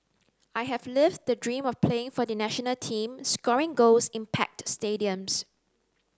I have lived the dream of playing for the national team scoring goals in packed stadiums